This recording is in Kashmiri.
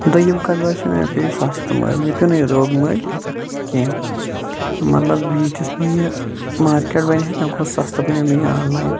دوٚیِم کَتھ باسے مےٚ بیٚیہِ سَستہٕ مےٚ پیٚو نہٕ یہِ دروٚگ مٔلۍ کینٛہہ مَطلَب ییٖتِس مےٚ یہِ مارکٹ بَنہ ہا تمہ کھۄتہٕ سَستہٕ بَنیٚو مےٚ یہِ آن لایِن